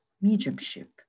mediumship